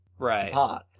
Right